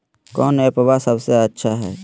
कौन एप्पबा सबसे अच्छा हय?